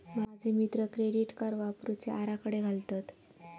माझे मित्र credit card वापरुचे आराखडे घालतत